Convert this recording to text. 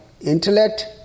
intellect